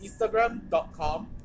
Instagram.com